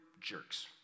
jerks